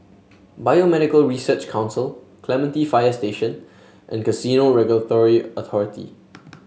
Biomedical Research Council Clementi Fire Station and Casino Regulatory Authority